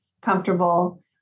comfortable